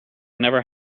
never